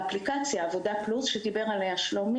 אפליקציית "עבודה פלוס" היא מצוינת.